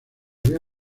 vía